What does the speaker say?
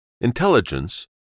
Intelligence